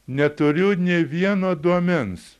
neturiu nė vieno duomens